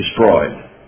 destroyed